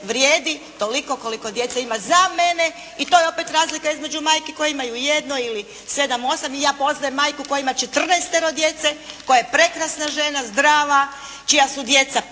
vrijedi toliko koliko djece ima za mene. I to je opet razlika između majki koje imaju jedno ili sedam, osam. I ja poznajem majku koja ima četrnaestero djece, koja je prekrasna žena, zdrava, čija su djeca